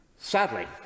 Sadly